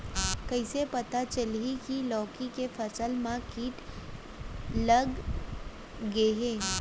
कइसे पता चलही की लौकी के फसल मा किट लग गे हे?